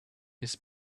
his